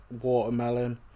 watermelon